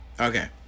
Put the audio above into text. Okay